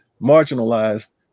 marginalized